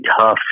tough